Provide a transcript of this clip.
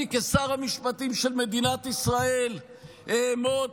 אני כשר המשפטים של מדינת ישראל אעמוד